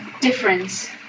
difference